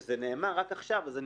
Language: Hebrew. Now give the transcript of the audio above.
וזה נכון לערבים.